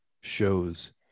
shows